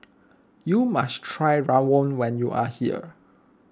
you must try Rawon when you are here